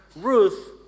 Ruth